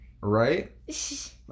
Right